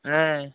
ఆయ్